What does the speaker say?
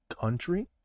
Country